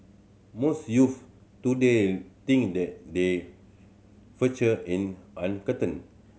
most youths today think that they future in uncertain